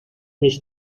mis